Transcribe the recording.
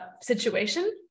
situation